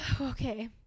Okay